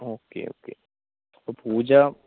ഒക്കെ ഓക്കെ അപ്പോൾ പൂജ